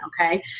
Okay